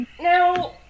Now